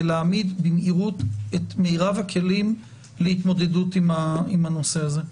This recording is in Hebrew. להעמיד במהירות את מירב הכלים להתמודדות עם הנושא הזה?